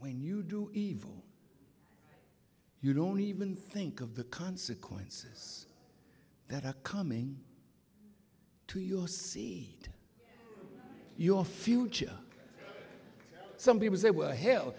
when you do evil you don't even think of the consequences that are coming to you see your future some people say were hell